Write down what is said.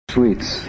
Sweets